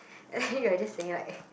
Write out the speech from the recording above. you're just saying like